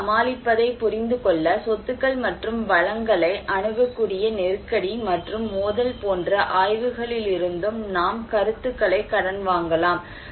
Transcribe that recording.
மக்கள் சமாளிப்பதைப் புரிந்துகொள்ள சொத்துக்கள் மற்றும் வளங்களை அணுகக்கூடிய நெருக்கடி மற்றும் மோதல் போன்ற ஆய்வுகளிலிருந்தும் நாம் கருத்துக்களைக் கடன் வாங்கலாம்